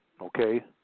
Okay